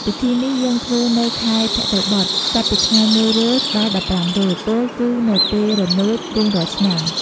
ពិធីនេះយើងធ្វើនៅខែភទ្របទ ចាប់ពីថ្ងៃ១រោច ដល់១៥រោច ពោលគឺនៅពេលរនោច រៀងរាល់ឆ្នាំ។